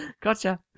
Gotcha